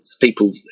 people